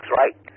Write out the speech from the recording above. right